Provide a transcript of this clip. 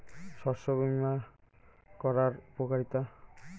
শস্য বিমা করার উপকারীতা?